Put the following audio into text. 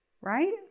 right